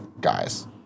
guys